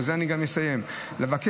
ובזה אני גם אסיים: לבקש,